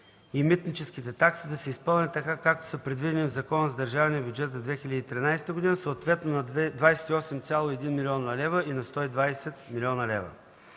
и митническите такси да се изпълнят така, както са предвидени в Закона за държавния бюджет за 2013 г. – съответно на 28,1 млн. лв. и на 120,0 млн. лв.